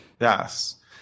Yes